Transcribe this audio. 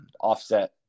offset